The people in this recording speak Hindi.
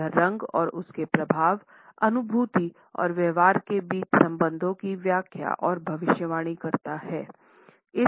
यह रंग और उसके प्रभाव अनुभूति और व्यवहार के बीच संबंधों की व्याख्या और भविष्यवाणी करता है